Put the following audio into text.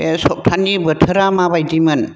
बे सप्तानि बोथोरा माबादिमोन